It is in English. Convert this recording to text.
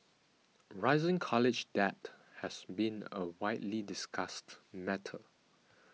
rising college debt has been a widely discussed matter